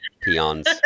peons